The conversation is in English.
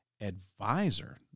advisor